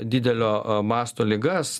didelio a masto ligas